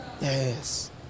Yes